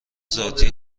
ذاتی